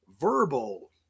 Verbal